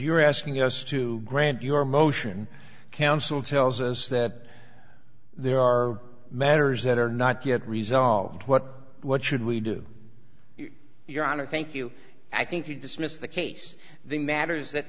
you're asking us to grant your motion counsel tells us that there are matters that are not yet resolved what what should we do your honor thank you i think you dismissed the case the matters that